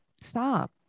Stop